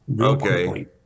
Okay